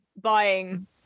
buying